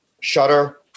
shutter